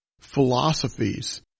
philosophies